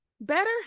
Better